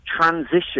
transition